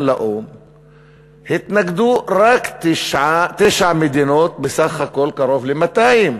לאו"ם התנגדו רק תשע מדינות מסך הכול קרוב ל-200.